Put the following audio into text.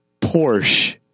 Porsche